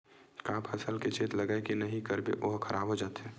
का फसल के चेत लगय के नहीं करबे ओहा खराब हो जाथे?